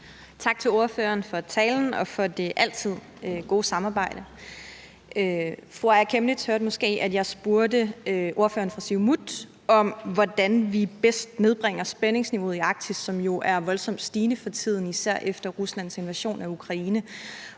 Tak til ordføreren for talen og for det altid gode samarbejde. Fru Aaja Chemnitz hørte måske, at jeg spurgte ordføreren fra Siumut om, hvordan vi bedst nedbringer spændingsniveauet i Arktis, som jo er voldsomt stigende for tiden, især efter Ruslands invasion af Ukraine.